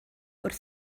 wrth